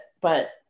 but-